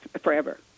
forever